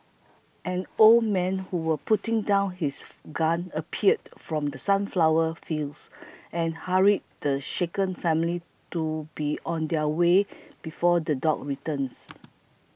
an old man who was putting down his gun appeared from the sunflower fields and hurried the shaken family to be on their way before the dogs return